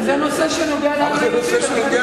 אבל זה נושא שנוגע לעם היהודי.